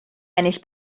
ennill